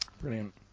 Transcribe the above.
Brilliant